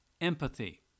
empathy